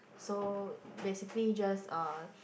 so basically just uh